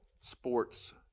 sports